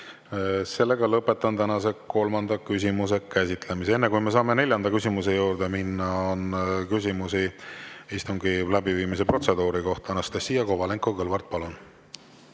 Aitäh! Lõpetan tänase kolmanda küsimuse käsitlemise. Enne kui me saame neljanda küsimuse juurde minna, on küsimusi istungi läbiviimise protseduuri kohta. Anastassia Kovalenko-Kõlvart, palun!